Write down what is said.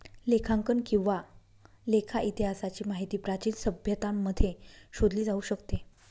लेखांकन किंवा लेखा इतिहासाची माहिती प्राचीन सभ्यतांमध्ये शोधली जाऊ शकते